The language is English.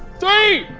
three,